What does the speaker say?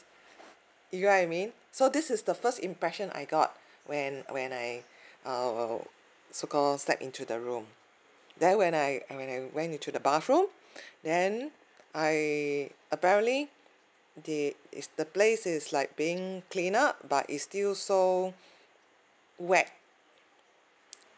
you got what I mean so this is the first impression I got when when I err so called step into the room then when I and when I went to the bathroom then I apparently there is the place is like being cleaned up but it's still so wet